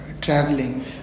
traveling